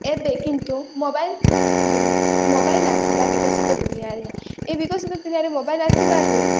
ଏବେ କିନ୍ତୁ mobile mobile ଆସିଲା ବିକଶିତ ଦୁନିଆରେ ଏଇ ବିକଶିତ ଦୁନିଆରେ ମୋବାଇଲ୍ ଆସିବାରୁ